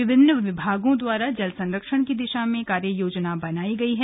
विभिन्न विभागों द्वारा जल संरक्षण की दिशा में कार्य योजना बनाई गई है